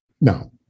no